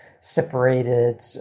separated